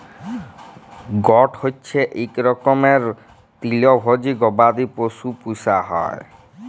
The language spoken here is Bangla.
গট হচ্যে ইক রকমের তৃলভজী গবাদি পশু পূষা হ্যয়